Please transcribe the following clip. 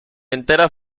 entera